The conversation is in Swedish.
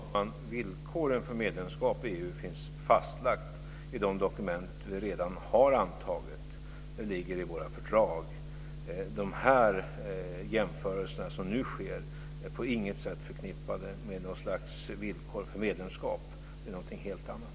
Fru talman! Villkoren för medlemskap i EU finns fastlagda i de dokument vi redan har antagit. De finns med i fördragen. De jämförelser som nu sker är på inget sätt förknippade med villkor för medlemskap. De är någonting helt annat.